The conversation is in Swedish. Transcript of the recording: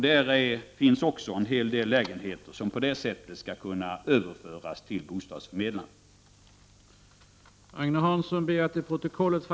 Där finns det också en hel del lägenheter som kan överföras till bostadsförmedlingarna.